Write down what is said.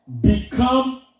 become